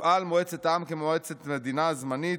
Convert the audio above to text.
"תפעל מועצת העם כמועצת מדינה זמנית,